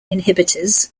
inhibitors